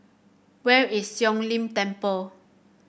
where is Siong Lim Temple